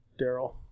Daryl